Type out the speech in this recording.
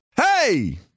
Hey